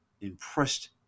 impressed